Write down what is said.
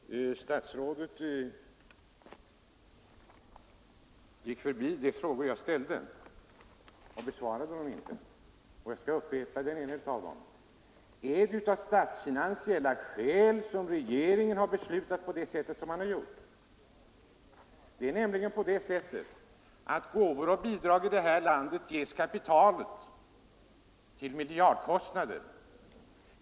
Herr talman! Statsrådet gick förbi de frågor som jag ställde och besvarade dem inte. Jag skall upprepa den ena av dem. Är det av statsfinansiella skäl som regeringen har beslutat på det sätt som den har gjort? Det är nämligen så att gåvor och bidrag i det här landet ges åt kapitalet till miljardbelopp.